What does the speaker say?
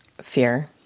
Fear